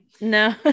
No